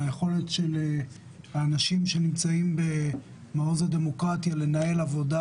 היכולת של אנשים שנמצאים במעוז הדמוקרטיה לנהל עבודה